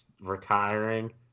retiring